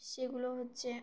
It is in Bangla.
সেগুলো হচ্ছে